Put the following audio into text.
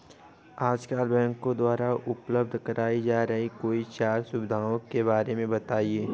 आजकल बैंकों द्वारा उपलब्ध कराई जा रही कोई चार सुविधाओं के बारे में बताइए?